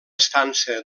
estança